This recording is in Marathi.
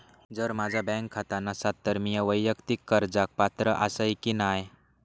जर माझा बँक खाता नसात तर मीया वैयक्तिक कर्जाक पात्र आसय की नाय?